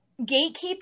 gatekeeping